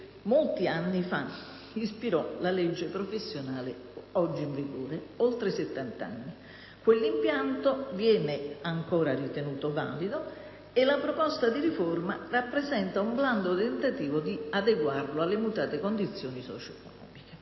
molti anni fa ispirò la legge professionale, attualmente in vigore da oltre settant'anni. Quell'impianto è ancora ritenuto valido e la proposta di riforma rappresenta un blando tentativo di adeguarlo alle mutate condizioni sociali.